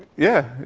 yeah.